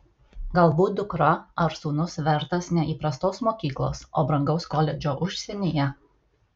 galbūt dukra ar sūnus vertas ne įprastos mokyklos o brangaus koledžo užsienyje